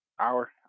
hour